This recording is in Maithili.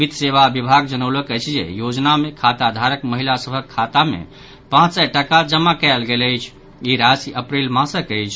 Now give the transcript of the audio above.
वित्त सेवा विभाग जनौलक अछि जे योजना मे खाता धारक महिला सभक खाता मे पांच सय टाका जमा कयल गेल अछि ई राशि अप्रैल मासक अछि